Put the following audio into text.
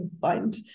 find